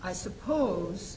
i suppose